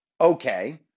Okay